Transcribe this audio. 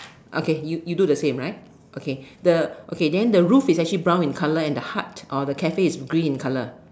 okay you you do the same right okay the okay then the roof is actually brown in colour and the hut or the Cafe is green in colour